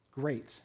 great